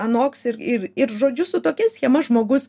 anoks ir ir ir žodžiu su tokia schema žmogus